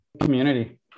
Community